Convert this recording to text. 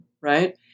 right